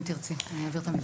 אם תרצי, אעביר את המסר.